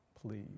please